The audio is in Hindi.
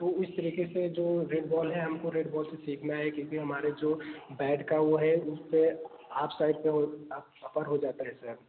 तो उस तरीके से जो रेड बॉल है हमको रेड बॉल से सीखना है क्योंकि हमारे जो बैट का वह है उस से आफ साइट से हो अप अपर हो जाता है सर